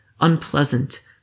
unpleasant